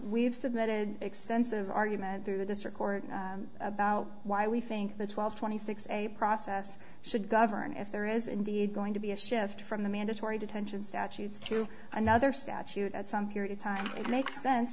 we've submitted extensive argument through the district court about why we think the twelve twenty six a process should govern if there is indeed going to be a shift from the mandatory detention statutes to another statute at some period of time it makes sense